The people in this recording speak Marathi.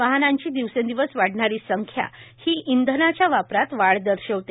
वाहनांची दिवसेदिवस वाढणारी संख्या ही इंधनाच्या वापरात वाढ दर्शवते